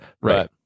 right